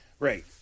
Right